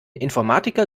informatiker